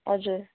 हजुर